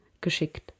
geschickt